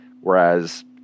whereas